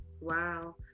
Wow